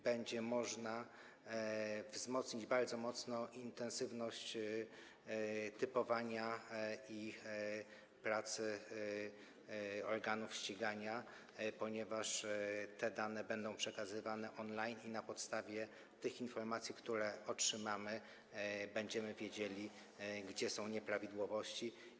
Będzie można bardzo wzmocnić intensywność typowania i pracy organów ścigania, ponieważ te dane będą przekazywane on-line i na podstawie tych informacji, które otrzymamy, będziemy wiedzieli, gdzie są nieprawidłowości.